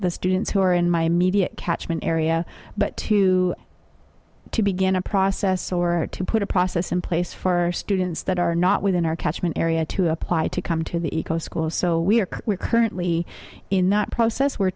the students who are in my immediate catchment area but to to begin a process or to put a process in place for students that are not within our catchment area to apply to come to the eco school so we are currently in that process we're